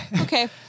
okay